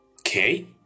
okay